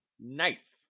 Nice